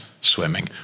swimming